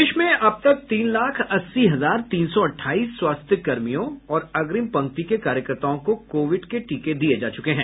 प्रदेश में अब तक तीन लाख अस्सी हजार तीन सौ अट्ठाईस स्वास्थ्यकर्मियों और अग्रिम पंक्ति के कार्यकर्ताओं को कोविड के टीके दिये जा चुके हैं